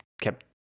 kept